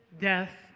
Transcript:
death